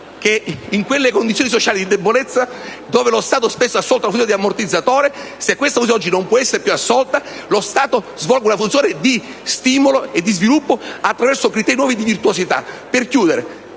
in quelle condizioni sociali di debolezza, ove lo Stato ha spesso svolto il ruolo di ammortizzatore, ove questo ruolo oggi non può più essere svolto, lo Stato abbia una funzione di stimolo e di sviluppo attraverso criteri nuovi di virtuosità. Per concludere,